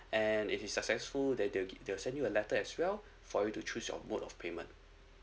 and if is successful then they will ke~ they will send you a letter as well for you to choose your mode of payment